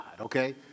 okay